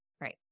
Right